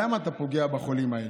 למה אתה פוגע בחולים האלה?